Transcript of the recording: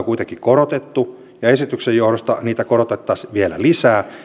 kuitenkin korotettu ja esityksen johdosta niitä korotettaisiin vielä lisää